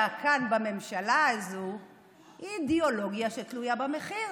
כאן בממשלה הזו היא אידיאולוגיה שתלויה במחיר.